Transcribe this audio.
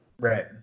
Right